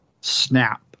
snap